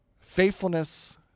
faithfulness